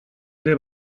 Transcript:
ere